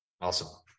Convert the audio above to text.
Awesome